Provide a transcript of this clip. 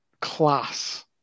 class